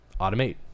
automate